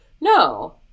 No